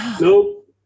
Nope